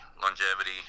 longevity